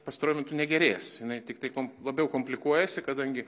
pastaruoju metu negerės jinai tiktai labiau komplikuojasi kadangi